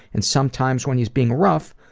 and sometimes when he's being rough,